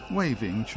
waving